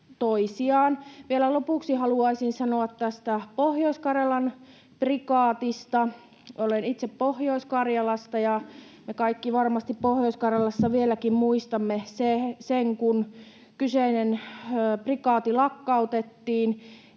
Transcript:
Vielä lopuksi haluaisin sanoa Pohjois-Karjalan prikaatista. Olen itse Pohjois-Karjalasta, ja me kaikki Pohjois-Karjalassa varmasti vieläkin muistamme sen, kun kyseinen prikaati lakkautettiin.